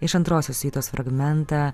iš antrosios vietos fragmentą